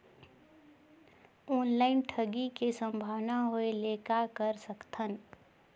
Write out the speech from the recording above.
Online ठगी के संभावना होय ले कहां कर सकथन?